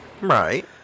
Right